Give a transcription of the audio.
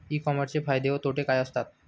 E कॉमर्सचे फायदे व तोटे काय असतात?